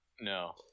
No